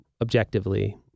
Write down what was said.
objectively